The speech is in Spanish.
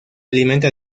alimenta